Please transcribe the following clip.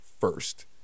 first